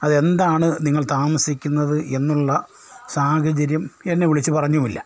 അതെന്താണ് നിങ്ങൾ താമസിക്കുന്നത് എന്നുള്ള സാഹചര്യം എന്നെ വിളിച്ച് പറഞ്ഞും ഇല്ല